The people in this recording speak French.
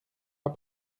pas